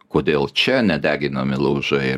kodėl čia ne deginami laužai